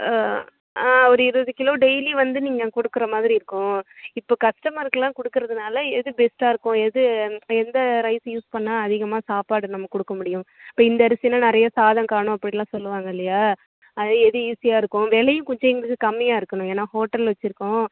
ஒரு இருபது kilo daily வந்து நீங்கள் கொடுக்குற மாதிரி இருக்கும் இப்போ கஸ்டமர்க்கெலாம் கொடுக்குறதுனால எது பெஸ்ட்டா இருக்கோ எது எந்த ரைஸ் யூஸ் பண்ணிணா அதிகமாக சாப்பாடு நம்ம கொடுக்க முடியும் இப்போ இந்த அரிசினால் நிறையா சாதம் காணும் அப்படிலாம் சொல்லுவாங்க இல்லையா அதுதான் அது எது ஈஸியாக இருக்கும் விலையும் கொஞ்சம் எங்களுக்கு கம்மியாக இருக்கணும் ஏன்னால் ஹோட்டல் வச்சுருக்கோம்